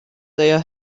their